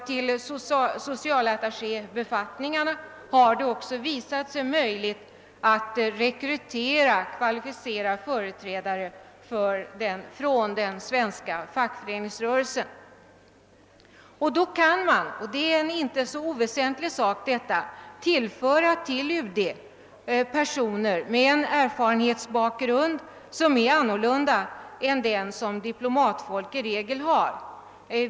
Till socialattachébefattningarna har det också visat sig möjligt att rekrytera kvalificerade företrädare för den svenska fackföreningsrörelsen. Då kan man — och det är en inte så oväsentlig sak detta — tillföra UD personer med en erfarenhetsbakgrund, som är annorlunda än den diplomatfolk i regel har.